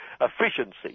Efficiency